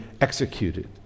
executed